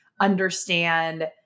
understand